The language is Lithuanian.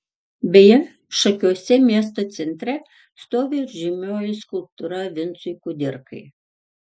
beje šakiuose miesto centre stovi ir žymioji skulptūra vincui kudirkai